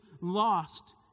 lost